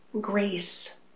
grace